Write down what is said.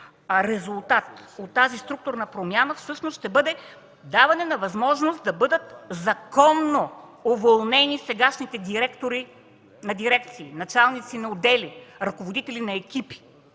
резултат от тази структурна промяна всъщност ще бъде даване на възможност да бъдат законно уволнени сегашните директори на дирекции, началници на отдели, ръководители на екипи